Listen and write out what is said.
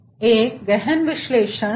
एक गहन विश्लेषण किया जा सकता है